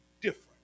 different